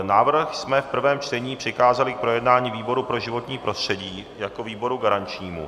Návrh jsme v prvém čtení přikázali k projednání výboru pro životní prostředí jako výboru garančnímu.